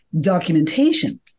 documentation